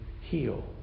heal